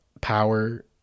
power